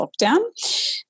lockdown